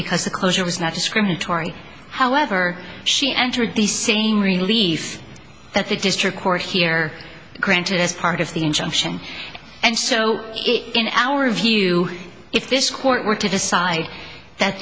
because the closure was not discriminatory however she entered the same relief that the district court here granted as part of the injunction and so in our view if this court were to decide that